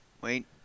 Wait